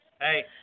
Hey